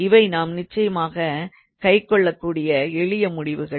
இவை நாம் நிச்சயமாகக் கைக்கொள்ளக்கூடிய எளிய முடிவுகள்